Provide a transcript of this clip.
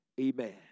Amen